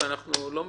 אנחנו לא מתקדמים.